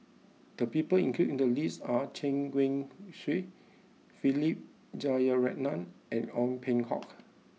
the people included in the list are Chen Wen Hsi Philip Jeyaretnam and Ong Peng Hock